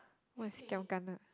what is giam gana